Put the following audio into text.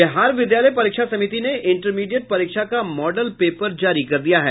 बिहार विद्यालय परीक्षा समिति ने इंटरमीडिएट परीक्षा का मॉडल पेपर जारी कर दिया है